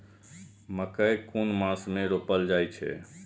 मकेय कुन मास में रोपल जाय छै?